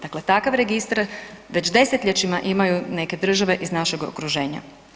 Dakle, takav registar već desetljećima imaju neke države iz našeg okruženja.